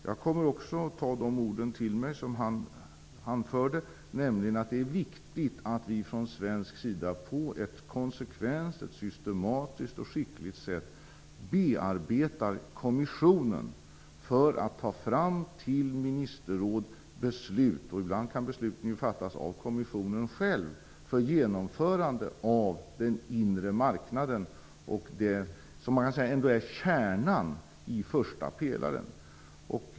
Jag kommer att ta hans ord till mig, nämligen att det är viktigt att vi från svensk sida på ett konsekvent, systematiskt och skickligt sätt bearbetar kommissionen för att man till ministerrådet skall ta fram beslut - ibland kan ju besluten fattas av kommissionen själv - för genomförande av den inre marknaden och det som man kan säga ändå är kärnan i den första pelaren.